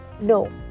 no